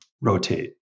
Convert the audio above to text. rotate